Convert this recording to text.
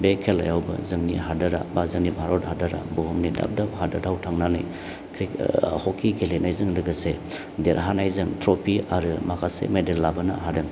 बे खेलायावबो जोंनि हादोरा बा जोंनि भारत हादोरा बुहुमनि दाब दाब हादोराव थांनानै हकि गेलेनायजों लोगोसे देरहानायजों ट्र'फि आरो माखासे मेडेल लाबोनो हादों